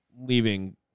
leaving